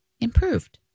improved